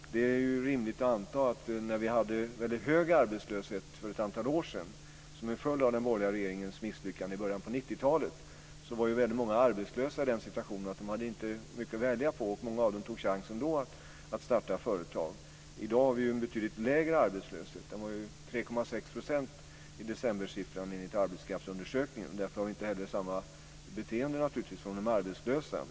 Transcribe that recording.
När vi hade mycket hög arbetslöshet för ett antal år sedan, som en följd av den borgerliga regeringens misslyckande i början av 90-talet, var väldigt många arbetslösa i den situationen att de inte hade mycket att välja på. Många av dem tog då chansen att starta företag. I dag har vi en betydligt lägre arbetslöshet. Decembersiffran var 3,6 % enligt Arbetskraftsundersökningen. Därför har vi naturligtvis inte heller samma beteende från de arbetslösa.